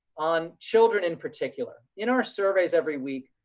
on children in particular, in our surveys every week,